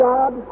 God